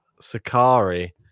Sakari